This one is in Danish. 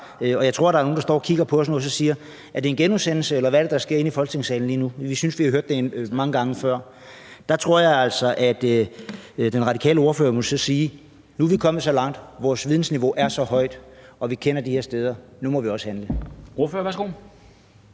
der står og kigger på os nu og så siger: Er det en genudsendelse, eller hvad er det, der sker inde i Folketingssalen lige nu? Vi synes, vi har hørt det mange gange før. Der tror jeg altså, at den radikale ordfører må sige: Nu er vi kommet så langt, vores vidensniveau er så højt, og vi kender de her steder – nu må vi også handle. Kl.